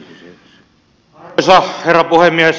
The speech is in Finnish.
arvoisa herra puhemies